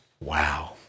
Wow